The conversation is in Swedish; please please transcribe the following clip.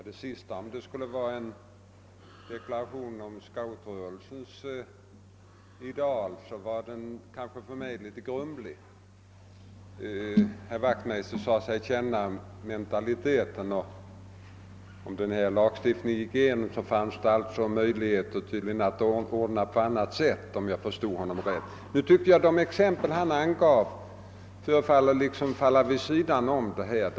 Herr talman! Om detta skulle vara en deklaration om scoutrörelsens ideal, så föreföll den mig litet grumlig. Herr Wachtmeister sade sig känna mentaliteten hos ungdomsorganisationerna. Om denna lagstiftning gick igenom fanns det möjligheter att ordna avgifterna för förmedlade tjänster på annat sätt, om jag förstod honom rätt. De exempel herr Wachtmeister angav föreföll emellertid falla vid sidan om det vi nu behandlar.